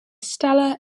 stellar